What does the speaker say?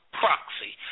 proxy